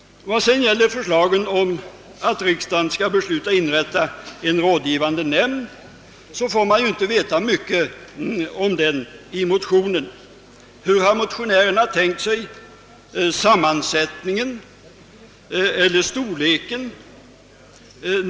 Vad gäller förslaget att riksdagen skall besluta inrätta en rådgivande nämnd, så får man ju inte veta mycket om denna nämnd i motionerna. Hur har motionärerna tänkt sig sammansättningen och storleken av nämnden? Och vem skall utse nämnden?